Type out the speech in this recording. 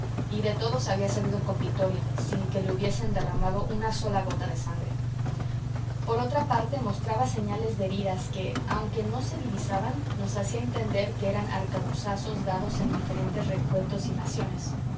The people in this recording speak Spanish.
y de todos había salido con vitoria sin que le hubiesen derramado una sola gota de sangre por otra parte mostraba señales de heridas que aunque no se divisaban nos hacía entender que eran arcabuzazos dados en diferentes rencuentros y faciones